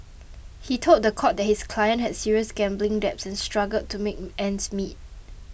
he told the court that his client had serious gambling debts and struggled to make ends meet